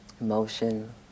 emotion